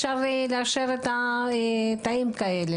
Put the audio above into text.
אפשר לאשר תאים כאלה.